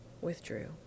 withdrew